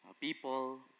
People